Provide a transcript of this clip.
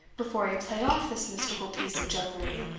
before he played off this mystical piece of jugglery.